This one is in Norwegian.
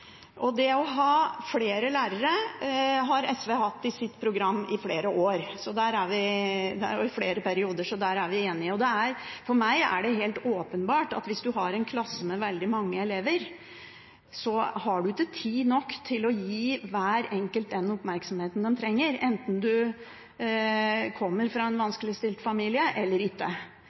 før. Det å ha flere lærere har SV hatt i sitt program i flere år, i flere perioder, så der er vi enige. For meg er det helt åpenbart at hvis du har en klasse med veldig mange elever, har du ikke tid nok til å gi hver enkelt den oppmerksomheten de trenger, enten du kommer fra en vanskeligstilt familie eller ikke.